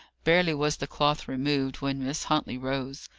barely was the cloth removed, when miss huntley rose.